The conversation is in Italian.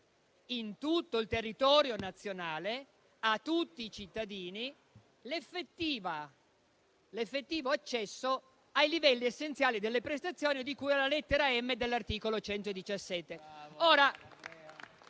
in tutto il territorio nazionale, a tutti i cittadini, l'effettivo accesso ai livelli essenziali delle prestazioni di cui alla lettera *m)*, dell'articolo 117